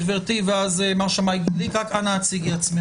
בבקשה.